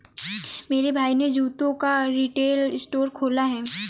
मेरे भाई ने जूतों का रिटेल स्टोर खोला है